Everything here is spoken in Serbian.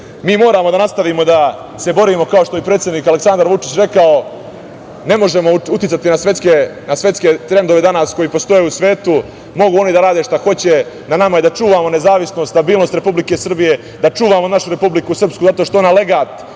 moramo da nastavimo da se borimo, kao što je predsednik Aleksandar Vučić rekao, ne možemo uticati na svetske trendove koji danas postoje u svetu. Mogu oni da rade šta hoće, a na nama je da čuvamo nezavisnost, stabilnost Republike Srbije, da čuvamo našu Republiku Srpsku, zato što je ona legat